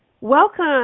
Welcome